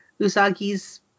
Usagi's